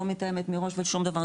לא מתאמת מראש ושום דבר,